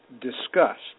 discussed